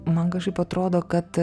man kažkaip atrodo kad